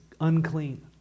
unclean